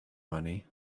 money